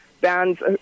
bands